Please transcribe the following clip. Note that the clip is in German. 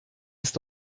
ist